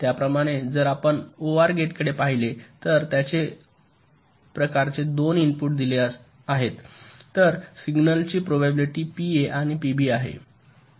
त्याचप्रमाणे जर आपण ओआर गेटकडे पाहिले तर त्याच प्रकारे 2 इनपुट दिले तर सिग्नलची प्रोबॅबिलिटी पीए आणि पीबी आहे